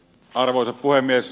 arvoisa puhemies